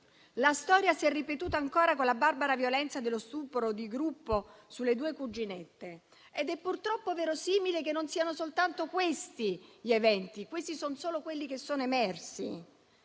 la storia si è ripetuta ancora con la barbara violenza dello stupro di gruppo sulle due cuginette ed è purtroppo verosimile che non siano soltanto questi gli eventi, ma siano solo quelli emersi,